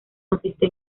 consiste